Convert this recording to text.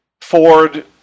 Ford